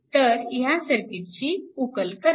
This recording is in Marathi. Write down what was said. तर ह्या सर्किटची उकल करा